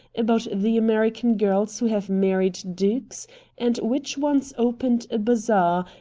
about the american girls who have married dukes and which ones opened a bazaar,